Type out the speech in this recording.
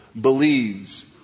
believes